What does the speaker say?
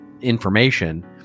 information